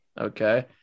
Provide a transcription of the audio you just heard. okay